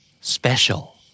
special